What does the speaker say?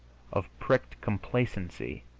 of pricked complacency,